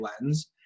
lens